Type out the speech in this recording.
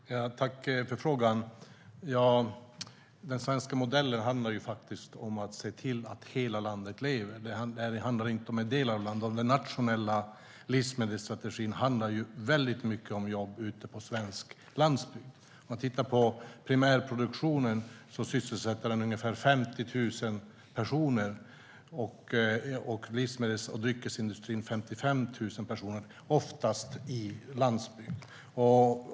Fru talman! Tack för frågan! Den svenska modellen handlar om att se till att hela landet lever. Den handlar inte om en del av landet. Den nationella livsmedelsstrategin handlar till stor del om jobb ute på svensk landsbygd. Primärproduktionen sysselsätter ungefär 50 000 personer, och livsmedels och dryckesindustrin sysselsätter 55 000 personer, oftast på landsbygd.